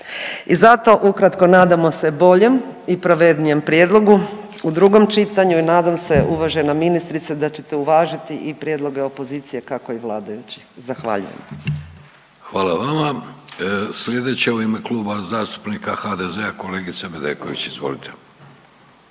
I zato ukratko nadamo se boljem i pravednijem prijedlogu u drugom čitanju i nadam se uvažena ministrice da ćete uvažiti i prijedloge opozicije kako i vladajućih. Zahvaljujem. **Vidović, Davorko (Nezavisni)** Hvala i vama. Sljedeća u ime Kluba zastupnika HDZ-a kolegica Bedeković. Izvolite.